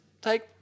take